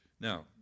Now